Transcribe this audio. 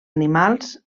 animals